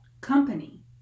company